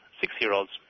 six-year-olds